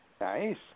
Nice